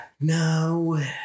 No